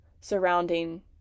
surrounding